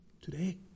Today